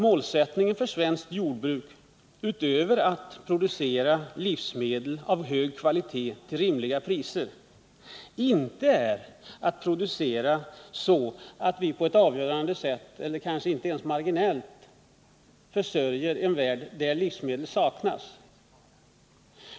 Målsättningen för svenskt jordbruk, utöver att producera livsmedel av hög kvalitet och till rimliga priser, är inte att producera så mycket att vi på ett avgörande sätt eller ens marginellt skulle kunna försörja en värld där livsmedel saknas.